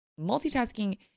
multitasking